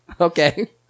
Okay